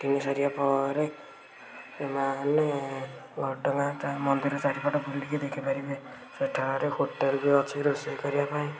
କିଣିସାରିବା ପରେ ଏମାନେ ଘଟଗାଁ ମନ୍ଦିର ଚାରିପଟରେ ବୁଲିକି ଦେଖିପାରିବେ ସେଠାରେ ହୋଟେଲ ବି ଅଛି ରୋଷେଇ କରିବାପାଇଁ